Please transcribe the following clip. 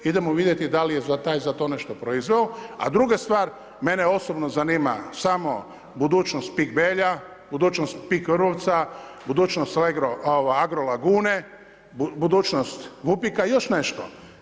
Idemo vidjeti da li je za taj za to nešto proizveo, a druga stvar, mene osobno zanima samo budućnost PIK Belja, budućnost PIK Vrbovca, budućnost Agrolagune, budućnost Vupika i još nešto.